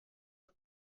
oro